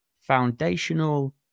foundational